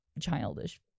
childish